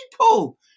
people